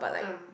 ah